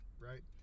right